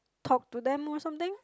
talk to them or something